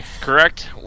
correct